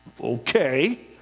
Okay